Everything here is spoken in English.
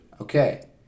Okay